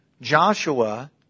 Joshua